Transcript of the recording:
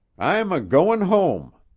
i'm a-goin' home.